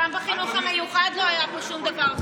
גם בחינוך המיוחד לא היה פה שום דבר חדש.